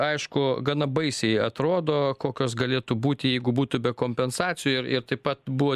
aišku gana baisiai atrodo kokios galėtų būti jeigu būtų be kompensacijų ir ir taip pat buvo